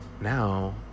now